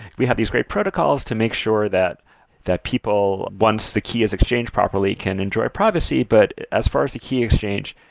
we have this great protocols to make sure that that people, once the key is exchanged properly can enjoy privacy. but as far as the key exchange,